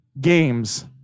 Games